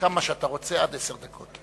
שאתה רוצה, עד עשר דקות.